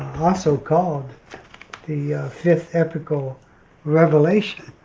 also called the fifth epochal revelation,